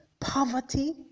poverty